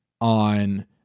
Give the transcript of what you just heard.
on